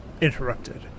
interrupted